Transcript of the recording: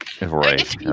Right